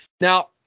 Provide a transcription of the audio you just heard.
now